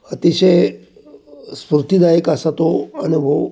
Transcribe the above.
अतिशय स्फूर्तिदायक असा तो अनुभव